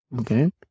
Okay